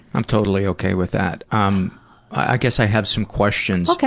i'm totally ok with that. um i guess i have some questions. ok.